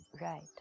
Right